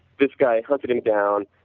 this guy hunted him down,